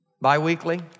Bi-weekly